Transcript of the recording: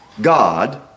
God